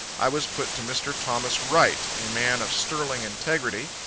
i was put to mr. thomas wright, a man of sterling integrity,